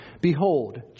Behold